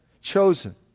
chosen